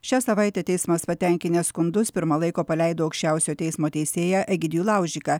šią savaitę teismas patenkinęs skundus pirma laiko paleido aukščiausio teismo teisėją egidijų laužiką